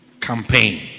campaign